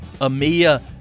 Amia